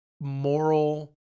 moral